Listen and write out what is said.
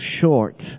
short